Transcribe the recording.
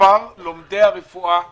מספר לומדי הרפואה בישראל.